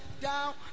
down